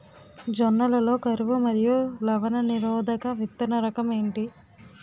జొన్న లలో కరువు మరియు లవణ నిరోధక విత్తన రకం ఏంటి?